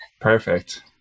perfect